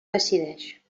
decideix